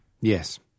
Yes